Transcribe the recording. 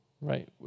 right